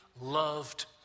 loved